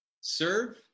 serve